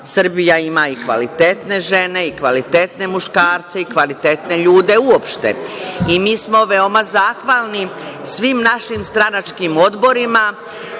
Srbija i kvalitetne žene i kvalitetne muškarce i kvalitetne ljude uopšte. Mi smo veoma zahvalni svim našim stranačkim odborima